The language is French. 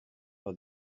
par